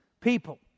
people